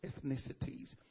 ethnicities